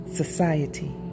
society